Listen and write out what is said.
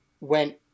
went